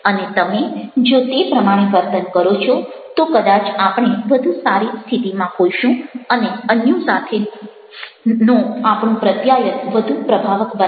અને તમે જો તે પ્રમાણે વર્તન કરો છો તો કદાચ આપણે વધુ સારી સ્થિતિમાં હોઈશું અને અન્યો સાથેનું આપણું પ્રત્યાયન વધુ પ્રભાવક બનશે